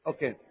Okay